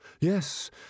Yes